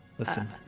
Listen